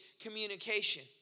communication